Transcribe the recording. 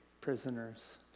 prisoners